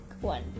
one